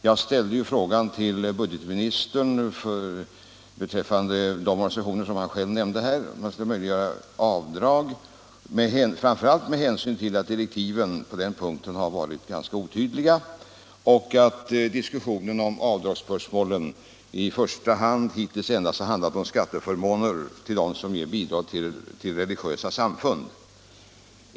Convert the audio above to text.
Jag ställde min fråga till budgetministern beträffande de organisationer som han själv nämnt här framför allt med hänsyn till att direktiven på den här punkten har varit ganska otydliga och att diskussionen om avdragsspörsmålen hittills i första hand har handlat om skatteförmåner för dem som ger bidrag till religiösa samfund.